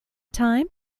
time